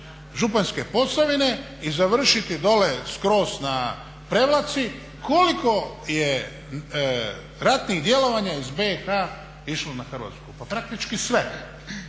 Županjske posavine i završiti dolje skroz na Prevlaci koliko je ratnih djelovanja ih BIH išlo na Hrvatsku? Pa praktički sve.